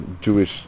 Jewish